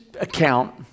account